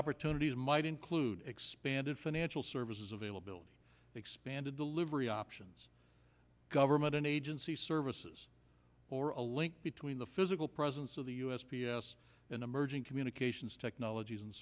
opportunities might include expanded financial services availability expanded delivery options government and agency services or a link between the physical presence of the u s p s and emerging communications technologies and